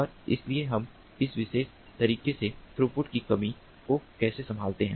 और इसलिए हम इस विशेष तरीके से थ्रूपुट की कमी को कैसे संभालते हैं